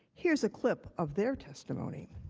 here is a clip of their testimony.